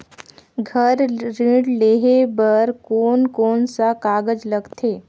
घर ऋण लेहे बार कोन कोन सा कागज लगथे?